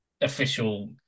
official